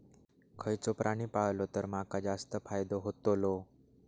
खयचो प्राणी पाळलो तर माका जास्त फायदो होतोलो?